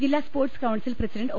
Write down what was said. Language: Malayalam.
ജില്ലാ സ്പോർട്സ് കൌൺസിൽ പ്രസിഡണ്ട് ഒ